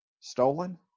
stolen